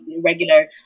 Regular